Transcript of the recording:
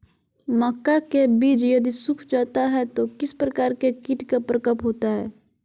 मक्का के बिज यदि सुख जाता है तो किस प्रकार के कीट का प्रकोप होता है?